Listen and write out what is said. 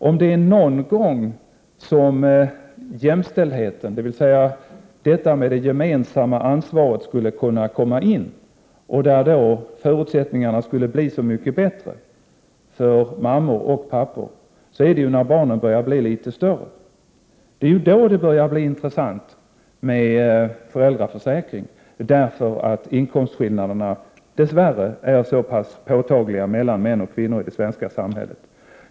Om det är någon gång som jämställdheten, dvs. det gemensamma ansvaret, skulle kunna komma in, och där förutsättningarna då skulle bli så mycket bättre för mammor och pappor, är det när barnen börjar bli litet större. Det är då det börjar bli intressant med föräldraförsäkring, därför att inkomstskillnaderna dess värre är så pass påtagliga mellan män och kvinnor i det svenska samhället.